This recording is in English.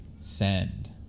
send